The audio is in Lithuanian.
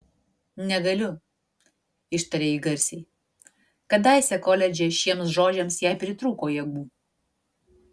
negaliu ištarė ji garsiai kadaise koledže šiems žodžiams jai pritrūko jėgų